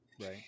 Right